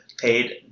paid